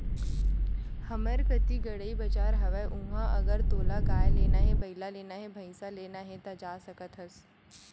हमर कती गंड़ई बजार हवय उहाँ अगर तोला गाय लेना हे, बइला लेना हे, भइसा लेना हे ता जा सकत हस